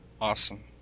Awesome